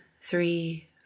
three